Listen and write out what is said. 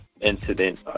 incident